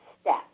step